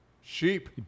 Sheep